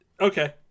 Okay